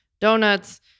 donuts